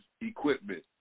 equipment